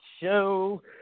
Show